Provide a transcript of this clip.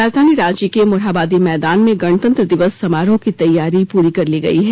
राजधानी रांची के मोरहाबादी मैदान में गणतंत्र दिवस समारोह की तैयारी पूरी कर ली गई है